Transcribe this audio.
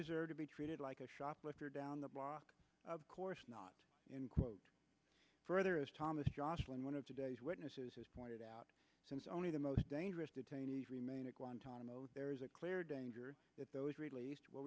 rights to be treated like a shoplifter down the block of course not in quote further as thomas joslin one of today's witnesses has pointed out since only the most dangerous detainees remain in guantanamo there is a clear danger that those released will